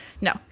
no